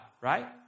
Right